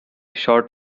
short